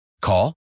Call